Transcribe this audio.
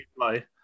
play